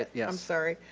yeah. i'm sorry.